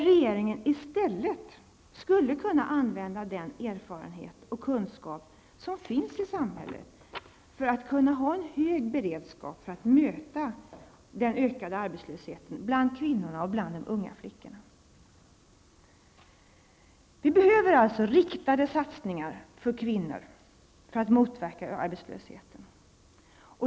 Regeringen skulle i stället kunna använda sig av den erfarenhet och kunskap som finns i samhället till att ha en hög beredskap för att möta den ökade arbetslösheten bland kvinnorna och bland de unga flickorna. Vi behöver alltså riktade satsningar för kvinnor för att motverka arbetslösheten.